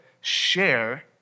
share